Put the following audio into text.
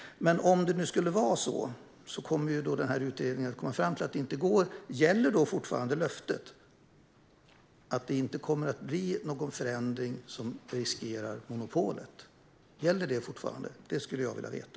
Men om det nu skulle vara så att utredningen kommer fram till att detta inte går, gäller då fortfarande löftet att det inte kommer att bli någon förändring som riskerar monopolet? Det skulle jag vilja veta.